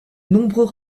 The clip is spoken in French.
nombreux